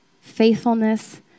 faithfulness